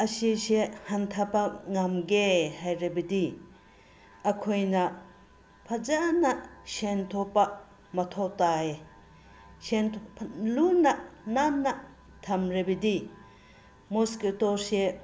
ꯑꯁꯤꯁꯦ ꯍꯟꯊꯕ ꯉꯝꯒꯦ ꯍꯥꯏꯔꯕꯗꯤ ꯑꯩꯈꯣꯏꯅ ꯐꯖꯅ ꯁꯦꯡꯗꯣꯛꯄ ꯃꯊꯧ ꯇꯥꯏ ꯂꯨꯅ ꯅꯥꯟꯅ ꯊꯝꯂꯕꯗꯤ ꯃꯣꯁꯀꯤꯇꯣꯁꯦ